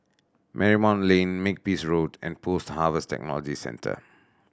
Marymount Lane Makepeace Road and Post Harvest Technology Centre